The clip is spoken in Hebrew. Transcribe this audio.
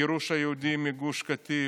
גירוש היהודים מגוש קטיף,